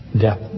Death